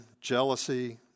jealousy